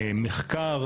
מחקר,